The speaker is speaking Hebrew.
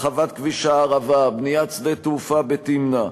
הרחבת כביש הערבה, בניית שדה-תעופה בתמנע.